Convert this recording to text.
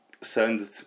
send